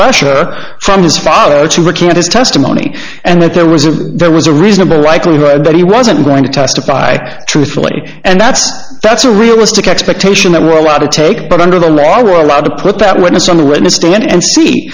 pressure from his father to record his testimony and that there was a there was a reasonable likelihood that he wasn't going to testify truthfully and that's that's a realistic expectation that we're allowed to take but under the law are allowed to put that witness on the witness stand and see